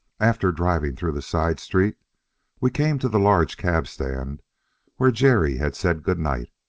after driving through the side-street we came to the large cabstand where jerry had said good-night.